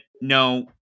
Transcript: No